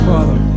Father